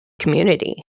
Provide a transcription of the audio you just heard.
community